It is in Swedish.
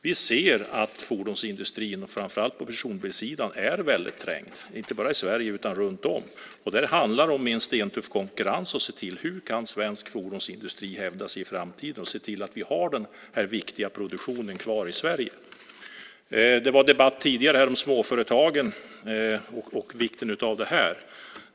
Vi ser att fordonsindustrin, framför allt på personbilssidan, är väldigt trängd, inte bara i Sverige utan runt om i andra länder. Där handlar det om en stentuff konkurrens. Vi måste se till att svensk fordonsindustri kan hävda sig i framtiden och se till att vi har den här viktiga produktionen kvar i Sverige. Det var debatt här tidigare om småföretagen och vikten av detta.